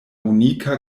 unika